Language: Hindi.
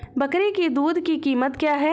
बकरी की दूध की कीमत क्या है?